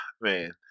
man